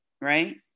right